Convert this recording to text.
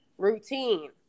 routine